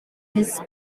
his